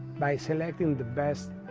by selecting the best